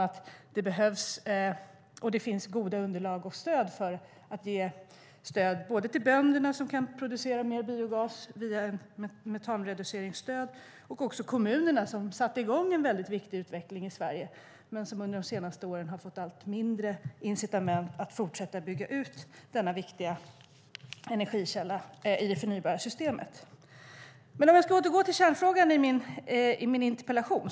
Vi anser dessutom att det finns goda underlag och stöd för att ge stöd till bönderna att producera mer biogas via ett metanreduceringsstöd och till kommunerna som satte i gång en mycket viktig utveckling i Sverige men som under de senaste åren har fått allt mindre incitament att fortsätta bygga ut denna viktiga energikälla i det förnybara systemet. Låt mig återgå till kärnfrågan i min interpellation.